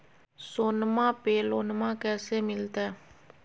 सोनमा पे लोनमा कैसे मिलते?